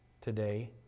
today